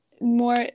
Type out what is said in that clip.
more